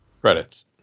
Credits